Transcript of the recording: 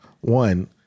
one